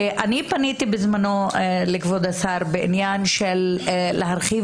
אני פניתי בזמנו לכבוד השר בעניין הרחבת